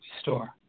store